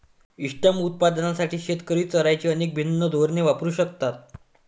इष्टतम उत्पादनासाठी शेतकरी चराईची अनेक भिन्न धोरणे वापरू शकतात